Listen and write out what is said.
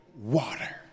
water